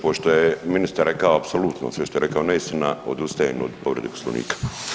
Pošto je ministar rekao apsolutno sve što je rekao neistina odustajem od povrede Poslovnika.